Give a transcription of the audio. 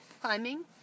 climbing